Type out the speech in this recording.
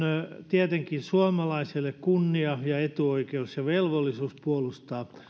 tietenkin suomalaiselle kunnia ja etuoikeus ja velvollisuus puolustaa